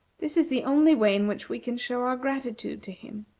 this is the only way in which we can show our gratitude to him.